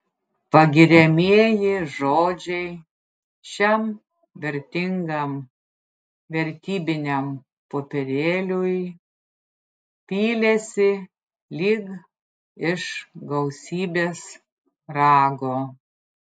pagiriamieji žodžiai šiam vertingam vertybiniam popierėliui pylėsi lyg iš gausybės rago